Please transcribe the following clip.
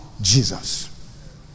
Jesus